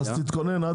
תתכונן עד